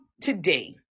today